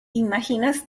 imaginas